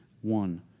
one